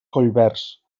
collverds